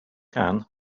can